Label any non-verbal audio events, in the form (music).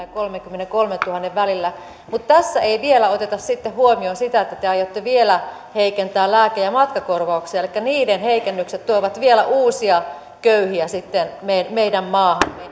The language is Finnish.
(unintelligible) ja kolmenkymmenenkolmentuhannen välillä mutta tässä ei vielä oteta sitten huomioon sitä että te aiotte vielä heikentää lääke ja matkakorvauksia elikkä niiden heikennykset tuovat vielä uusia köyhiä sitten meidän maahamme